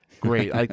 great